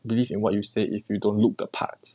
believe in what you say if you don't look the part